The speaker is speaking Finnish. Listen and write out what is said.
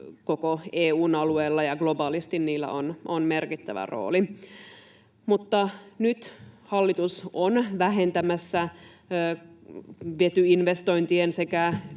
koko EU:n alueella ja globaalisti niillä on merkittävä rooli. Nyt hallitus on vähentämässä vetyinvestointien sekä